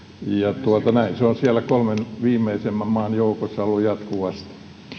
näin se on siellä kolmen viimeisimmän maan joukossa ollut jatkuvasti